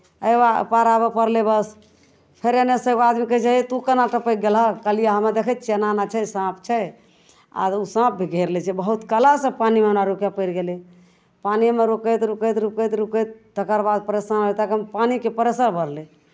एहि बा पार आबय पड़लै बस फेर एन्नऽ सँ एगो आदमी कहै छै है तू केना टपकि गेलहक कहलियै हमरा देखै छियै एना एना छै साँप छै आर ओ साँप भी घेर लै छै बहुत कलासँ पानँ ओना रोकय पड़ि गेलै पानिमे रुकैत रुकैत रुकैत रुकैत तकरबाद परेशान तखन पानिके परेशर बढ़लै